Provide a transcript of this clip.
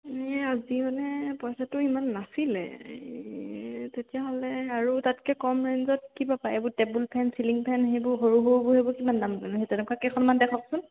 এই আজি মানে পইচাটো ইমান নাছিলে এই তেতিয়াহ'লে আৰু তাতকৈ কম ৰেঞ্জত কিবা পায় এইবোৰ টেবুল ফেন চিলিং ফেন সেইবোৰ সৰু সৰুবোৰ সেইবোৰ কিমান দাম তেনেকুৱা কেইখনমান দেখাওকচোন